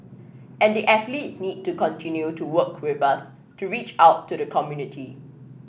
and the athletes need to continue to work with us to reach out to the community